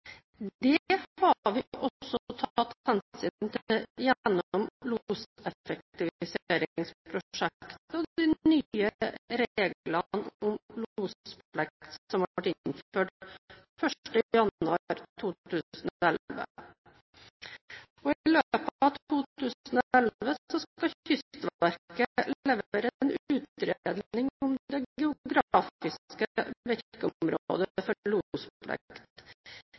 også tatt hensyn til gjennom loseffektiviseringsprosjektet og de nye reglene om losplikt som ble innført 1. januar 2011. I løpet av 2011 skal Kystverket levere en utredning om det geografiske virkeområdet for losplikt. Det